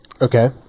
Okay